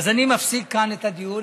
אני מפסיק כאן את הדיון.